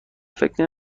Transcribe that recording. فکر